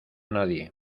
nadie